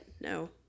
no